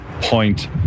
point